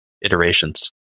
iterations